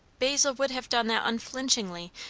basil would have done that unflinchingly,